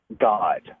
God